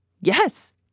Yes